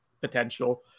potential